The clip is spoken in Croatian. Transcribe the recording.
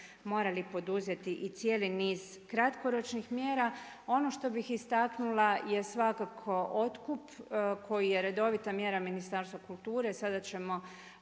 morali poduzeti i cijeli niz kratkoročnih mjera. Ono što bih istaknula je svakako otkup koji je redovita mjera Ministarstva kulture. Sada ćemo